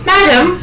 Madam